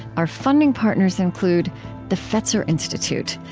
our funding partners include the fetzer institute,